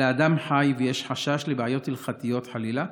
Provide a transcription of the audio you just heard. אלא אדם חי, ויש חשש לבעיות הלכתיות, חלילה.